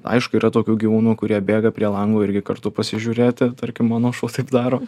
aišku yra tokių gyvūnų kurie bėga prie lango irgi kartu pasižiūrėti tarkim mano šuo taip daro